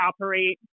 operate